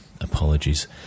Apologies